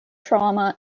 trauma